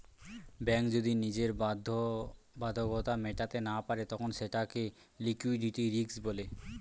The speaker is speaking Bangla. ব্যাঙ্ক যদি নিজের বাধ্যবাধকতা মেটাতে না পারে তখন সেটাকে লিক্যুইডিটি রিস্ক বলে